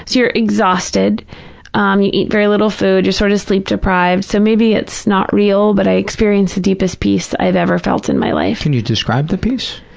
you're exhausted. um you eat very little food. you're sort of sleep deprived. so maybe it's not real, but i experienced the deepest peace i've ever felt in my life. can you describe the peace?